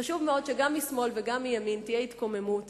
חשוב מאוד שגם משמאל וגם מימין תהיה התקוממות